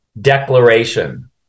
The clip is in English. Declaration